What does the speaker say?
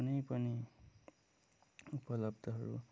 कुनै पनि उपलब्धहरू